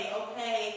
okay